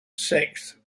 sixth